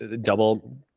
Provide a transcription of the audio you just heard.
Double